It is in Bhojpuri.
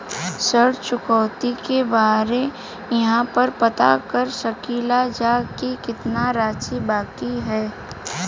ऋण चुकौती के बारे इहाँ पर पता कर सकीला जा कि कितना राशि बाकी हैं?